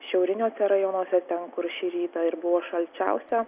šiauriniuose rajonuose ten kur šį rytą ir buvo šalčiausia